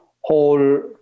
whole